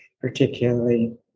particularly